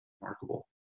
remarkable